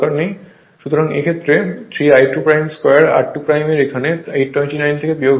সুতরাং এই ক্ষেত্রে 3 I2 2 r2 এর এখানে 829 থেকে বিয়োগ হবে